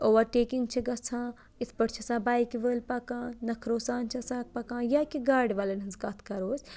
over taking چھِ گژھان یِتھ پٲٹھۍ چھِ آسان بایکہِ وٲلۍ پَکان نٔکھرو سان چھِ آسان پَکان یا کہِ گاڑِ والٮ۪ن ہٕنٛز کَتھ کَرو أسۍ